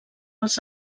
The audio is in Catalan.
els